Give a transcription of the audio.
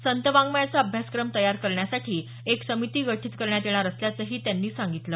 संत वाङमयाचा अभ्यासक्रम तयार करण्यासाठी एक समिती गठीत करण्यात येणार असल्याचं त्यांनी सांगितलं